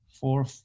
four